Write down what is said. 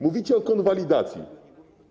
Mówicie o konwalidacji.